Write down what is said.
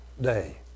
day